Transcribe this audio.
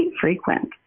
frequent